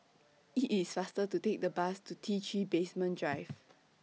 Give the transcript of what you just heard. IT IS faster to Take The Bus to T three Basement Drive